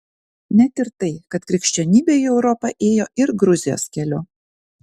net ir tai kad krikščionybė į europą ėjo ir gruzijos keliu